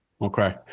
Okay